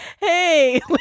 Hey